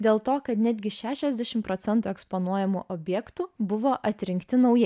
dėl to kad netgi šešiasdešim procentų eksponuojamų objektų buvo atrinkti naujai